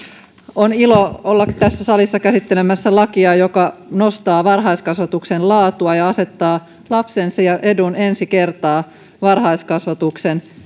on ilo olla tässä salissa käsittelemässä lakia joka nostaa varhaiskasvatuksen laatua ja asettaa lapsen edun ensi kertaa varhaiskasvatuksen